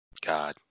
God